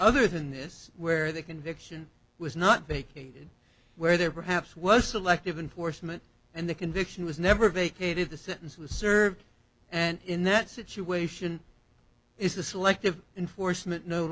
other than this where the conviction was not vacated where there perhaps was selective enforcement and the conviction was never vacated the sentence was served and in that situation is the selective enforcement no